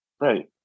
Right